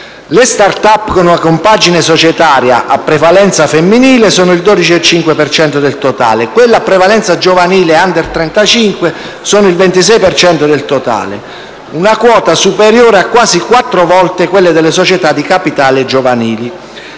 Le *start-up* con una compagine societaria a prevalenza femminile sono il 12,5 per cento del totale. Quelle a prevalenza giovanile (*under* 35) sono il 26 per cento del totale: una quota superiore a quasi quattro volte quella delle società di capitale giovanili.